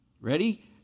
Ready